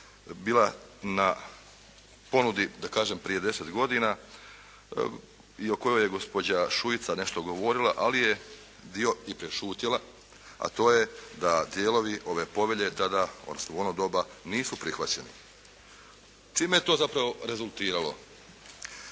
bila na ponudi, da kažem prije 10 godina i o kojoj je gospođa Šuica nešto govorila, ali je dio i prešutjela, a to je da dijelovi ove Povelje tada, odnosno u ono doba nisu prihvaćeni. Čime je to zapravo rezultiralo?